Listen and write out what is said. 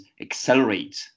accelerate